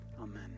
amen